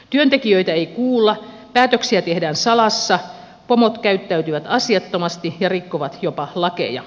työntekijöitä ei kuulla päätöksiä tehdään salassa pomot käyttäytyvät asiattomasti ja rikkovat jopa lakeja